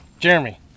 Jeremy